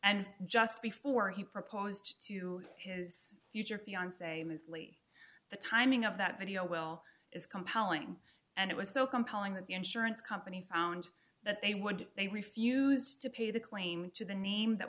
and just before he proposed to his future fiance mosley the timing of that video well is compelling and it was so compelling that the insurance company found that they would they refused to pay the claim to the name that